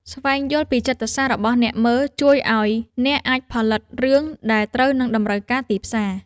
ស្វែងយល់ពីចិត្តសាស្ត្ររបស់អ្នកមើលជួយឱ្យអ្នកអាចផលិតរឿងដែលត្រូវនឹងតម្រូវការទីផ្សារ។